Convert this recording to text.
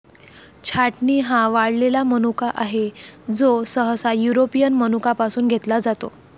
छाटणी हा वाळलेला मनुका आहे, जो सहसा युरोपियन मनुका पासून घेतला जातो